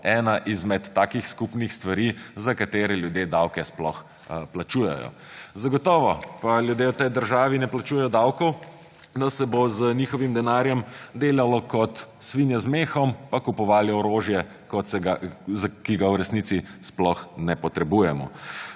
ena izmed takih skupnih stvari, za katere ljudje davke sploh plačujejo. Zagotovo pa ljudje v tej državi ne plačujejo davkov, da se bo z njihovim denarjem delalo kot svinje z mehom pa kupovali orožje, ki ga v resnici sploh ne potrebujemo.